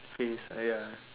face !aiya!